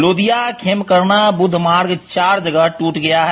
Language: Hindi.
लोदिया खेमकरना बुद्धमार्ग चार जगह ट्रट गया है